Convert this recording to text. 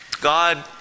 God